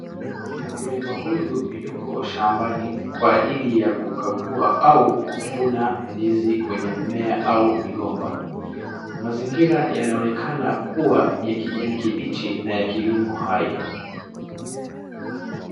Mkulima huyu yuko shambani kwa ajili ya kukagua au kuvuna ndizi kwenye mimea au migomba. Mazingira yanaonekana kuwa ya kijani kibichi na kilimo hai.